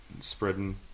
spreading